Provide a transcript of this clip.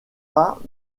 pas